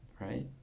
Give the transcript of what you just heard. right